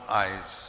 eyes